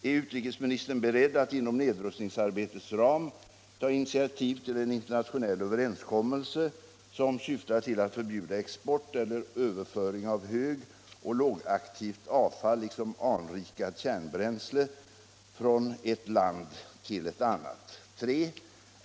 Är utrikesministern beredd att inom nedrustningsarbetets ram ta initiativ till en internationell överenskommelse som syftar till att förbjuda export eller överföring av högoch lågaktivt avfall liksom anrikat kärn 3.